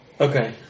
Okay